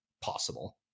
possible